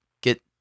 get